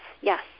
Yes